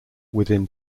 within